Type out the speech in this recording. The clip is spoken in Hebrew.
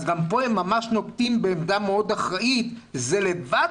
גם כאן הם ממש נוקטים בעמדה מאוד אחראית וזאת לבד